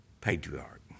patriarch